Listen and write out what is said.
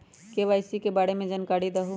KYC के बारे में जानकारी दहु?